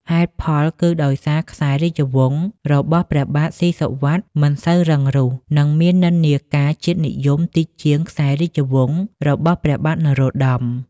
ហេតុផលគឺដោយសារខ្សែរាជវង្សរបស់ព្រះបាទស៊ីសុវត្ថិមិនសូវរឹងរូស និងមាននិន្នាការជាតិនិយមតិចជាងខ្សែរាជវង្សរបស់ព្រះបាទនរោត្តម។